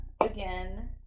again